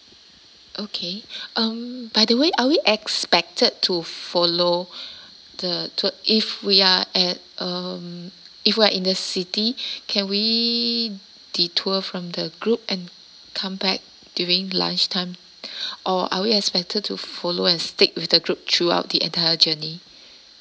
okay um by the way are we expected to follow the tour if we are at uh if we are in the city can we detour from the group and come back during lunchtime or are we expected to follow and stick with the group throughout the entire journey